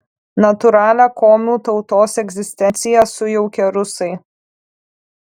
natūralią komių tautos egzistenciją sujaukė rusai